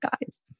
guys